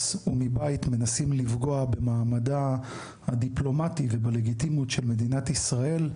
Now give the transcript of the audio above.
ומבית מנסים לפגוע במעמדה הדיפלומטי ובלגיטימיות של מדינת ישראל,